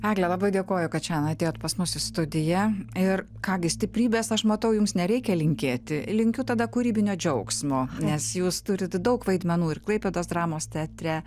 egle labai dėkoju kad šiandien atėjot pas mus į studiją ir ką gi stiprybės aš matau jums nereikia linkėti linkiu tada kūrybinio džiaugsmo nes jūs turit daug vaidmenų ir klaipėdos dramos teatre